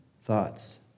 thoughts